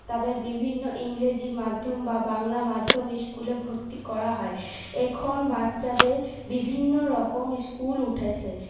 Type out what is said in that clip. তাদের বিভিন্ন ইংরেজি মাধ্যম বা বাংলা মাধ্যম স্কুলে ভর্তি করা হয় এখন বাচ্চাদের বিভিন্ন রকম স্কুল উঠেছে